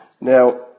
Now